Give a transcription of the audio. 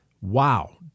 wow